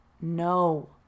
No